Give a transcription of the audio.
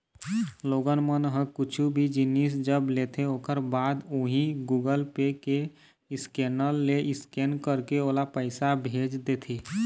लोगन मन ह कुछु भी जिनिस जब लेथे ओखर बाद उही गुगल पे के स्केनर ले स्केन करके ओला पइसा भेज देथे